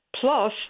Plus